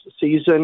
season